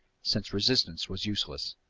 since resistance was useless.